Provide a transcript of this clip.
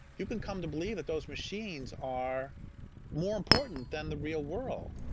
you can come to believe that those machines are more important than the real world.